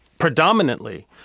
predominantly